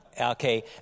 Okay